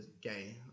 gay